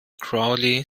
crowley